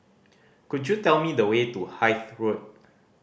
could you tell me the way to Hythe Road